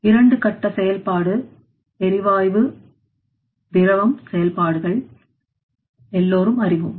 இரண்டு கட்ட செயல்பாடு எரிவாயு திரவம் செயல்பாடுகள் எல்லோரும் அறிவோம்